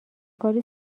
کاری